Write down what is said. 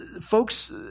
Folks